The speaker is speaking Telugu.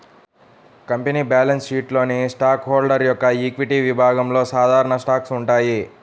కంపెనీ బ్యాలెన్స్ షీట్లోని స్టాక్ హోల్డర్ యొక్క ఈక్విటీ విభాగంలో సాధారణ స్టాక్స్ ఉంటాయి